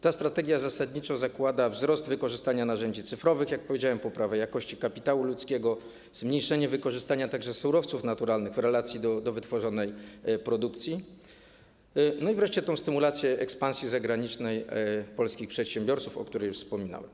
Ta strategia zasadniczo zakłada wzrost wykorzystania narzędzi cyfrowych, jak powiedziałem, poprawę jakości kapitału ludzkiego, zmniejszenie wykorzystania surowców naturalnych w relacji do wytworzonej produkcji, wreszcie stymulację ekspansji zagranicznej polskich przedsiębiorców, o której już wspominałem.